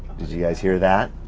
did you guys hear that?